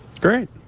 Great